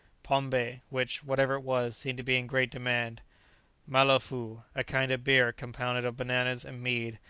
pombe, which, whatever it was, seemed to be in great demand malofoo, a kind of beer compounded of bananas, and mead,